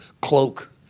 cloak